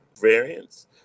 variants